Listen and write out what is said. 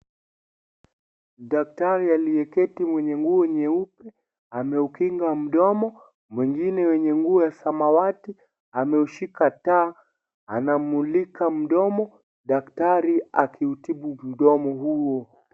Daktari aliyeketi mwenye nguo nyeupe, ameukinga mdomo. Mwingine mwenye nguo ya samawati ameushika taa anamulika mdomo, daktari akiutibu mdomo huo.